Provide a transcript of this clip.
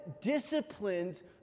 disciplines